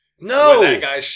No